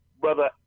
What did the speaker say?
brother